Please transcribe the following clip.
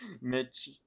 Mitch